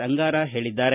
ಅಂಗಾರ ಹೇಳಿದ್ದಾರೆ